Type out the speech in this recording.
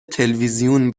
تلویزیون